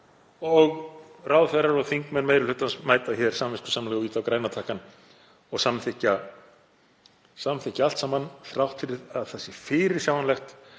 og ráðherrar og þingmenn meiri hlutans mæta hér samviskusamlega og ýta á græna takkann og samþykkja allt saman þrátt fyrir að það sé fyrirsjáanlegt